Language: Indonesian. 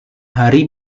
hari